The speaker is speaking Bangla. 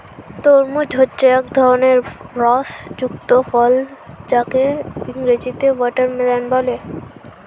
তরমুজ হচ্ছে এক ধরনের রস যুক্ত ফল যাকে ইংরেজিতে ওয়াটারমেলান বলে